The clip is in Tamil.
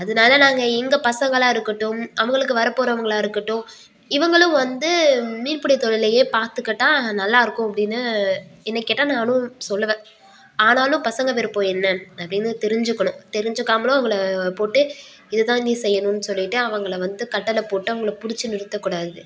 அதனால நாங்கள் எங்கள் பசங்களாக இருக்கட்டும் அவங்களுக்கு வர போறவங்களாக இருக்கட்டும் இவங்களும் வந்து மீன் பிடி தொழிலையே பார்த்துக்கிட்டா நல்லா இருக்கும் அப்படின்னு என்னை கேட்டால் நானும் சொல்லுவேன் ஆனாலும் பசங்க விருப்பம் என்னனு அப்படின்னு தெரிஞ்சுக்கணும் தெரிஞ்சிக்காமலும் அவங்கள போட்டு இது தான் நீ செய்யணுன்னு சொல்லிட்டு அவங்கள வந்து கட்டளை போட்டு அவங்கள பிடிச்சி நிறுத்தக் கூடாது